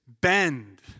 bend